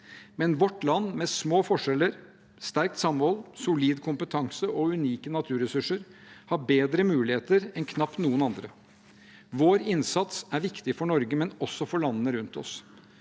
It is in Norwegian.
men vårt land – med små forskjeller, sterkt samhold, solid kompetanse og unike naturressurser – har bedre muligheter enn knapt noen andre. Vår innsats er viktig for Norge, men også for landene rundt oss.